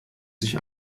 sich